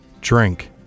drink